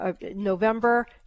November